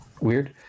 weird